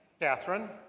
Catherine